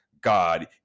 God